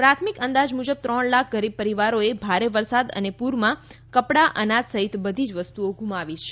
પ્રાથમિક અંદાજ મુજબ ત્રણ લાખ ગરીબ પરિવારોએ ભારે વરસાદ અને પુરમાં કપડા અનાજ સહિત બધી જ વસ્તુઓ ગુમાવી છે